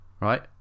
right